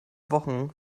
wochen